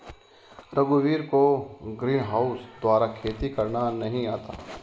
रघुवीर को ग्रीनहाउस द्वारा खेती करना नहीं आता है